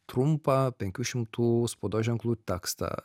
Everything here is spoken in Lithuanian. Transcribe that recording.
trumpą penkių šimtų spaudos ženklų tekstą